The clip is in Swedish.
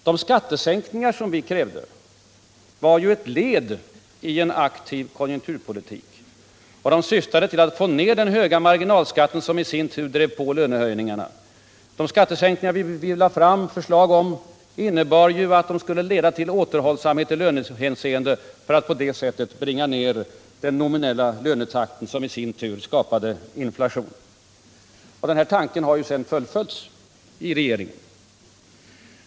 De skattesänkningar som vi krävde var ett led i en aktiv konjunkturpolitik, och vi syftade därmed till att få ned den höga marginalskatten, som i sin tur drev på lönehöjningarna. De skattesänkningar vi lade fram förslag om skulle, det var vår avsikt, leda till återhållsamhet i lönehänseende. På det sättet skulle vi bringa ned takten i de nominella löneökningarna, som i sin tur skapade inflation. Detta har sedan fullföljts av regeringen.